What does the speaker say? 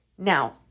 Now